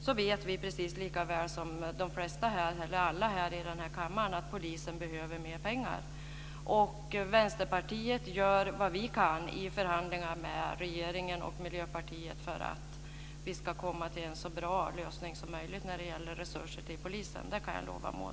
Vi vet lika väl som alla andra här i kammaren att polisen behöver mer pengar. Vi i Vänsterpartiet gör vad vi kan i förhandlingarna med regeringen och Miljöpartiet för att vi ska komma fram till en så bra lösning som möjligt när det gäller resurser till polisen. Det kan jag lova Maud.